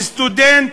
שסטודנט,